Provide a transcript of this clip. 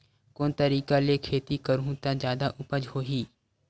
कोन तरीका ले खेती करहु त जादा उपज होही?